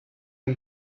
and